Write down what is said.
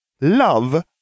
Love